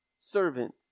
servant